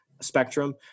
spectrum